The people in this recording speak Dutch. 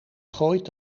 gooit